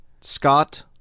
Scott